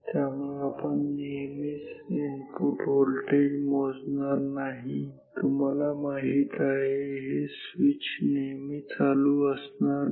त्यामुळे आपण नेहमीच इनपुट व्होल्टेज मोजणार नाही तुम्हाला माहित आहे हे स्विच नेहमीच चालू असणार नाही